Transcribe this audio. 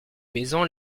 maisons